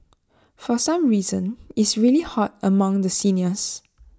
for some reason is really hot among the seniors